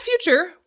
future